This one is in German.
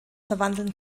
verwandeln